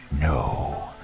no